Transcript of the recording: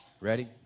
ready